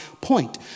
point